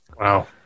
Wow